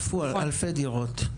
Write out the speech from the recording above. אלפי דירות.